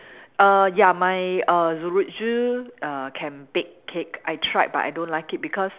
err ya my err err can bake cake I tried but I don't like it because